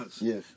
Yes